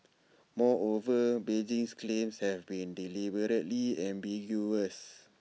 moreover Beijing's claims have been deliberately ambiguous